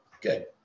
good